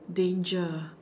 danger